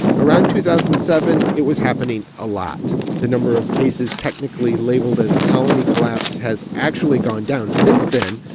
around two thousand and seven, it was happening a lot. the number of cases technically labeled as colony collapse has actually gone down since then,